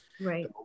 right